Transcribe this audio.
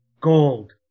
Gold